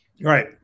Right